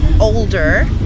older